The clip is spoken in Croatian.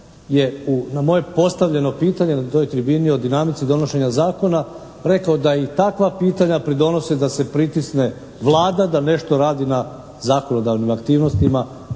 je na moje postavljeno pitanje na toj tribini o dinamici donošenja zakona rekao da i takva pitanja pridonose da se pritisne Vlada da nešto radi na zakonodavnim aktivnostima.